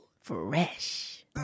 Fresh